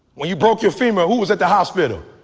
when you broke your femur who was at the hospital